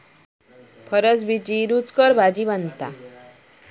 फरसबीची रूचकर भाजी बनता